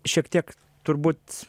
šiek tiek turbūt